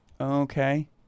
Okay